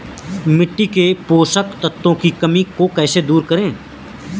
मिट्टी के पोषक तत्वों की कमी को कैसे दूर करें?